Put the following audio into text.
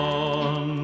on